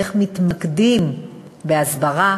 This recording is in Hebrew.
איך מתמקדים בהסברה,